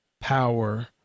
power